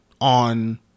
on